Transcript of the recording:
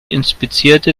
inspizierte